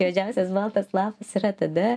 juodžiausias baltas lapas yra tada